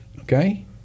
okay